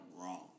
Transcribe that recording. wrong